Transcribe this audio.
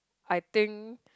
I think